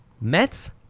Mets